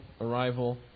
arrival